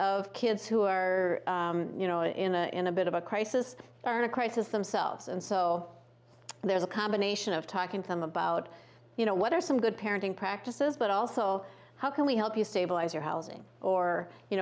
of kids who are you know in a in a bit of a crisis learn a crisis themselves and so there's a combination of talking to them about you know what are some good parenting practices but also how can we help you stabilize your housing or you